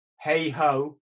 hey-ho